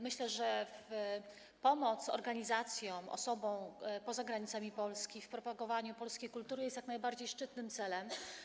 Myślę, że pomoc organizacjom i osobom poza granicami Polski w propagowaniu polskiej kultury jest jak najbardziej szczytnym celem.